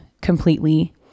completely